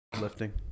Lifting